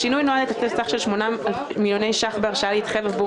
השינוי נועד לתת סך של 8 מיליוני ש"ח בהרשאה להתחייב עבור